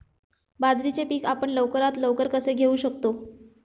बाजरीचे पीक आपण लवकरात लवकर कसे घेऊ शकतो?